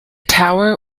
tower